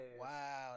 Wow